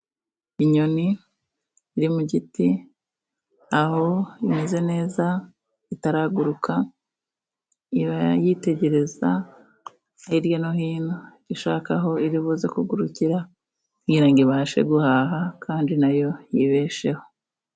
Inyoni iri mu giti, aho imeze neza itaraguruka iba yitegereza hirya no hino ishaka aho iri buze kugurukira, kugira ngo ibashe guhaha kandi nayo yibesheho.